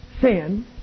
sin